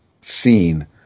seen